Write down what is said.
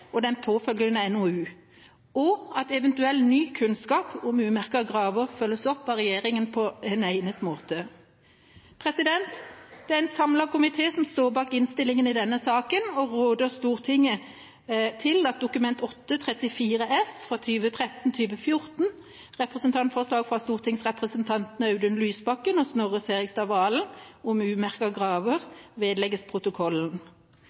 og den påfølgende NOU, og at eventuell ny kunnskap om umerkede graver følges opp av regjeringen på en egnet måte. Det er en samlet komité som står bak innstillingen i denne saken og råder Stortinget til at Dokument 8:34 S for 2013–2014, representantforslag fra stortingsrepresentantene Audun Lysbakken og Snorre Serigstad Valen om umerkede graver, vedlegges protokollen.